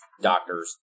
doctors